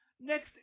Next